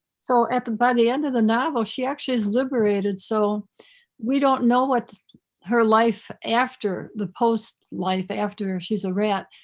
so at the but the end of the novel, she actually is liberated. so we don't know what her life after the post life, after she's a rat.